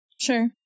sure